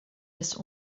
das